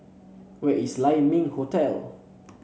where is Lai Ming Hotel